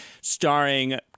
starring